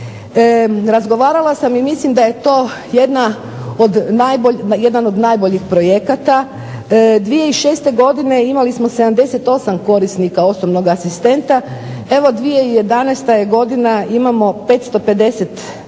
Razgovarala sam i mislim da je to jedan od najboljih projekata. 2006. godine imali smo 78 korisnika osobnog asistenta. Evo 2011. godina imamo 550 korisnika.